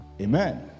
Amen